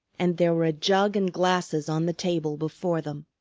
and there were a jug and glasses on the table before them.